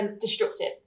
destructive